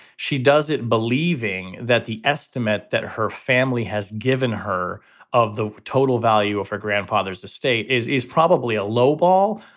she does it, believing that the estimate that her family has given her of the total value of her grandfather's estate is is probably a lowball.